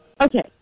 Okay